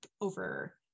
over